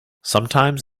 sometimes